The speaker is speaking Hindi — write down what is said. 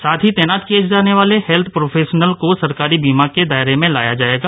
साथ ही तैनात किए जाने वाले हैल्थ प्रोफेशनल को सरकारी बीमा योजना के दायारे में लाया जाएगा